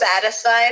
satisfied